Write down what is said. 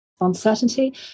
uncertainty